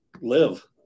live